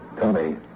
Tony